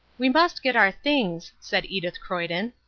we must get our things, said edith croyden.